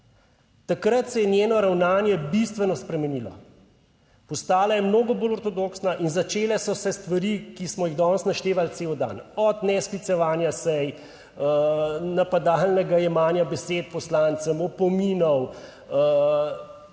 Takrat se je njeno ravnanje bistveno spremenilo, postala je mnogo bolj ortodoksna in začele so se stvari, ki smo jih danes naštevali cel dan, od ne sklicevanja sej, napadalnega jemanja besed poslancem, opominov,